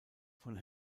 von